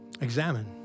Examine